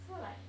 so like